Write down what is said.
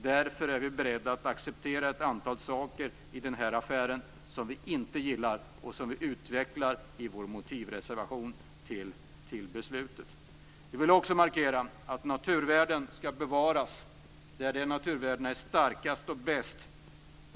Därför är vi beredda att acceptera ett antal saker i den här affären som vi inte gillar och som vi utvecklar i vår motivreservation till beslutet. Jag vill också markera att naturvärden skall bevaras där naturvärdena är starkast och bäst.